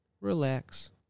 relax